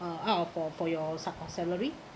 uh out for for your s~ salary